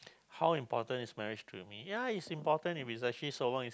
how important is marriage to me ya is important if it is a so long is